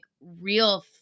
real